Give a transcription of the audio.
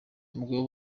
ubwo